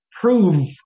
prove